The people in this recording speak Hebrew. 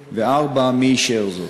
4. מי אישר זאת?